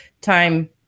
time